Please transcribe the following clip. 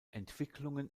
entwicklungen